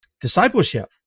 discipleship